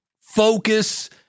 focus